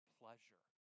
pleasure